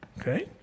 Okay